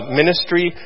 ministry